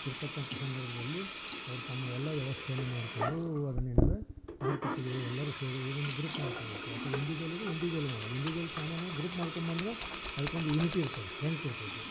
ಇರತಕ್ಕಂಥ ಸಂದರ್ಭದಲ್ಲಿ ಅವ್ರು ತಮ್ಮ ಎಲ್ಲ ವ್ಯವಸ್ಥೆಯನ್ನು ಮಾಡ್ಕೊಂಡು ಅದನ್ನು ಏನಿದೆ ಮಾರುಕಟ್ಟೆಗೆ ಎಲ್ಲರೂ ಸೇರಿ ಈ ಒಂದು ಗ್ರೂಪ್ ಮಾಡ್ಕೋಬೇಕು ಅಥವಾ ಇಂಡಿವಿಜುವಲ್ ಇದ್ದರೆ ಇಂಡಿವಿಜುವಲ್ಲೂ ಮಾಡು ಇಂಡಿವಿಜುವಲ್ ಸಾಮಾನ್ಯವಾಗಿ ಗ್ರೂಪ್ ಮಾಡ್ಕೊಂಡ್ಬಂದ್ರೆ ಅದಕ್ಕೊಂದು ಯೂನಿಟಿ ಇರ್ತದೆ ಸ್ಟ್ರೆಂತ್ ಇರ್ತೈತಿ